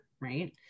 right